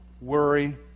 worry